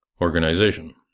Organization